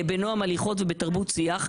בנועם הליכות ובתרבות שיח.